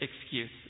excuse